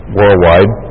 worldwide